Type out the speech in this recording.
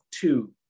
two